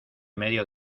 medio